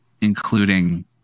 including